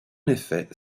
effet